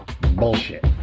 Bullshit